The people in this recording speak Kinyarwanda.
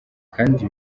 kandi